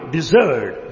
deserved